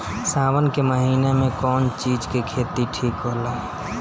सावन के महिना मे कौन चिज के खेती ठिक होला?